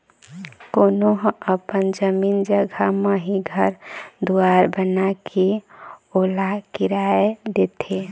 कोनो ह अपन जमीन जघा म ही घर दुवार बनाके ओला किराया देथे